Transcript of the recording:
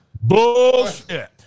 Bullshit